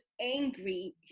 angry